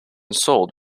sold